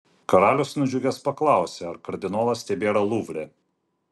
karalius nudžiugęs paklausė ar kardinolas tebėra luvre